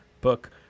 book